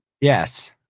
Yes